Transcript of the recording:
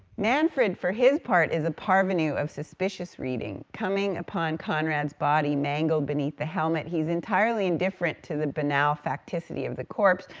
manfred, for his part, is a parvenu of suspicious reading, coming upon conrad's body mangled beneath the helmet, he's entirely indifferent to the banal facticity of the corpse,